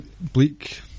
bleak